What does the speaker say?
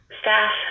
staff